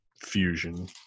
fusion